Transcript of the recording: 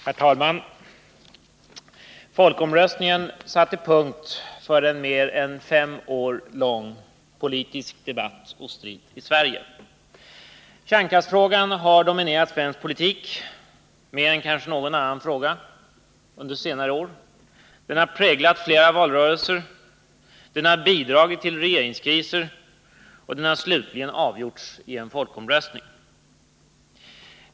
Herr talman! Folkomröstningen satte punkt för en mer än fem år lång politisk debatt och strid i Sverige. Kärnkraftsfrågan har dominerat svensk politik; den har präglat flera valrörelser, bidragit till regeringskriser och slutligen avgjorts i en folkomröstning.